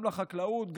גם לחקלאות,